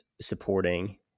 Supporting